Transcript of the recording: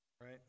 right